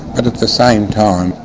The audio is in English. at at the same time,